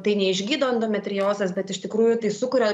tai neišgydo endometriozės bet iš tikrųjų tai sukuria